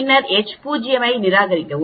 பின்னர் H0 ஐ நிராகரிக்கவும்